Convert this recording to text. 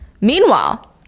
Meanwhile